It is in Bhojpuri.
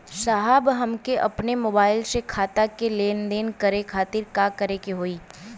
साहब हमके अपने मोबाइल से खाता के लेनदेन करे खातिर का करे के होई?